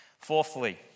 Fourthly